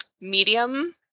medium